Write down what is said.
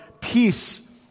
peace